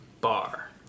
bar